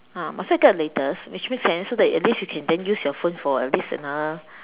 ah might as well get the latest which makes sense so that at least you can then use your phone for at least another